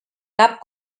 cap